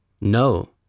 No